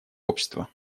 общества